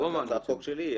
זו הצעת החוק שלי.